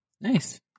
nice